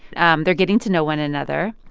um they're getting to know one another.